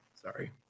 Sorry